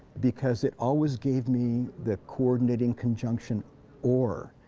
because it always gave me the coordinating conjunction or,